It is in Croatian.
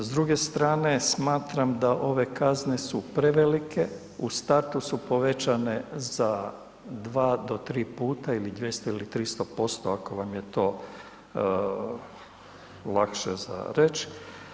S druge strane smatram da ove kazne su prevelike, u startu su povećanje za 2 do 3 puta ili 200 ili 300% ako vam je to lakše za reći.